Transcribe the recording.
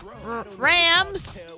Rams